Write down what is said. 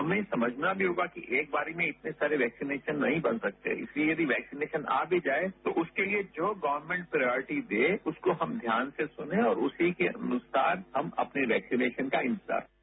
हमें समझना भी होगा कि एक बार में इतने वैक्सीनेशन नहीं बन सकते इस लिए वैक्सीनेशन आ भी जाये तो उसके लिए जो गर्वमेंट प्रॉयटी दे उसको ध्यान से सुने और उसी के अनुसार हम अपने वैक्सीनेशन का इंतजार करें